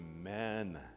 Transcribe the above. Amen